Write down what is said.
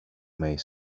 mig